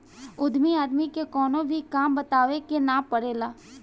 उद्यमी आदमी के कवनो भी काम बतावे के ना पड़ेला